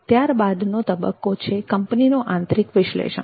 ત્યારબાદનો તબક્કો છે કંપનીનું આંતરિક વિશ્લેષણ